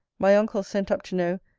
my uncle sent up to know,